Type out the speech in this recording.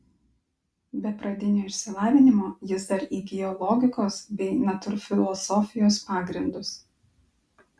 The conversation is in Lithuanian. be pradinio išsilavinimo jis dar įgijo logikos bei natūrfilosofijos pagrindus